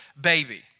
baby